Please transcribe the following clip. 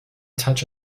touch